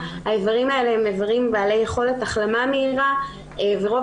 האיברים האלה הם איברים בעלי יכולת החלמה מהירה ורוב